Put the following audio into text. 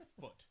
foot